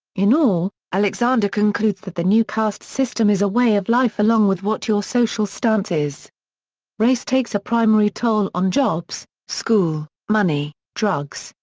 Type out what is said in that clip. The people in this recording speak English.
in all, alexander concludes that the new caste system is a way of life along with what your social stance is race takes a primary toll on jobs, school, money, drugs,